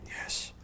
Yes